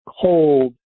cold